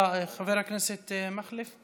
אה, חבר הכנסת מקלב?